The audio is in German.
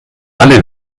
alle